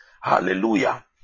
hallelujah